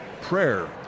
prayer